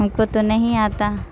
ان کو تو نہیں آتا